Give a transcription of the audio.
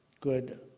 good